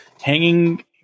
hanging